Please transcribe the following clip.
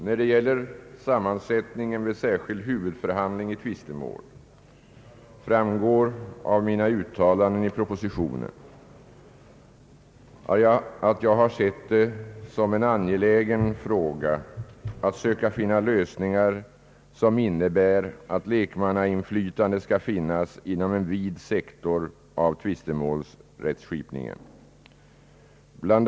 När det gäller sammansättningen vid särskild huvudförhandling i tvistemål framgår av mina uttalanden i propositionen att jag har sett det som en angelägen fråga att söka finna lösningar som innebär att lekmannainflytande skall finnas inom en vid sektor av tvistemålsrättskipningen. Bl.